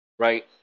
Right